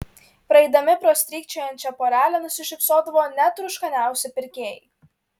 praeidami pro strykčiojančią porelę nusišypsodavo net rūškaniausi pirkėjai